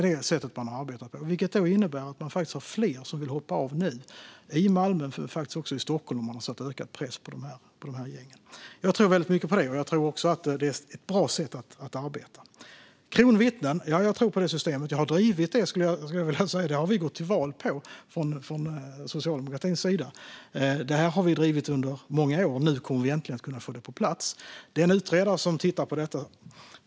Detta har medfört att fler i både Malmö och Stockholm vill hoppa av. Jag tror mycket på detta sätt att arbeta. Jag tror på ett kronvittnessystem, och Socialdemokraterna har drivit detta under många år och gått till val på det. Nu kan det äntligen komma på plats.